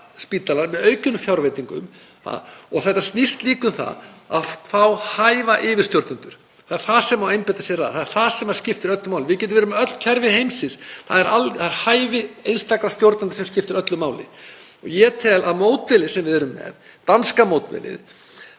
spítalann með auknum fjárveitingum. Þetta snýst líka um það að fá hæfa yfirstjórnendur, að því þurfa menn að einbeita sér, það er það sem skiptir öllu máli. Við getum verið með öll kerfi heimsins en það er hæfi einstakra stjórnenda sem skiptir öllu máli. Ég tel að módelið sem við erum með sé sambærilegt